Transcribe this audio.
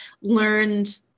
learned